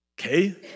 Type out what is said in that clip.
Okay